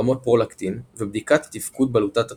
רמות פרולקטין ובדיקת תפקוד בלוטת התריס,